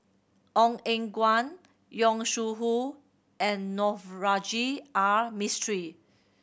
Ong Eng Guan Yong Shu Hoong and Navroji R Mistri